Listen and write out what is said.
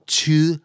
two